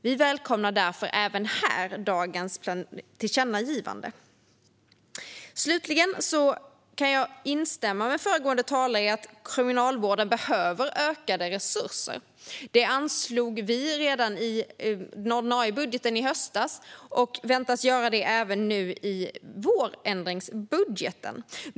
Vi välkomnar därför även här dagens tillkännagivande. Jag kan instämma i det föregående talare sa om att Kriminalvården behöver ökade resurser. Det anslog vi redan i den ordinarie budgeten i höstas, och vi väntas göra det även nu i vårändringsbudgeten.